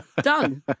Done